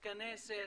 מתכנסת,